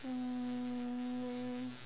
um